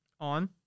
On